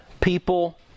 people